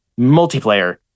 Multiplayer